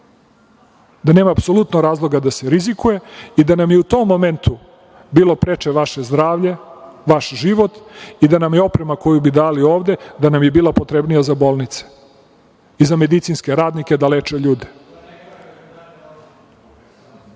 da nema apsolutno razloga da se rizikuje i da nam je u tom momentu bilo preče vaše zdravlje, vaš život i da nam je oprema koju bi dali ovde, da nam je bila potrebnija za bolnice i za medicinske radnike da leče ljude.